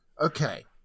okay